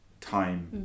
time